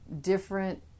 different